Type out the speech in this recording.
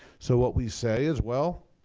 so what we say is, well,